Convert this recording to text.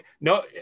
no